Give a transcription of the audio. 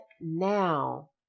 now